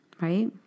right